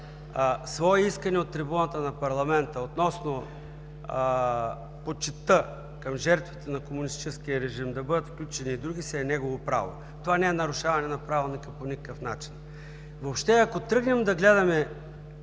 свое искане от трибуната на парламента относно почитта към жертвите на комунистическия режим – да бъдат включени и други, си е негово право. Това не е нарушаване на Правилника по никакъв начин. Ако тръгнем да гледаме